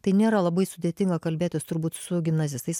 tai nėra labai sudėtinga kalbėtis turbūt su gimnazistais